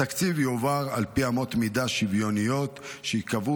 התקציב יועבר על פי אמות מידה שוויוניות שייקבעו